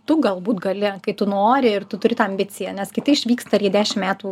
tu galbūt gali kai tu nori ir tu turi tą ambiciją nes kiti išvyksta ir jie dešim metų